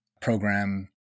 program